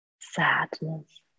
sadness